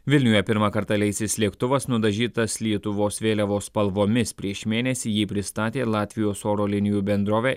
vilniuje pirmą kartą leisis lėktuvas nudažytas lietuvos vėliavos spalvomis prieš mėnesį jį pristatė latvijos oro linijų bendrovė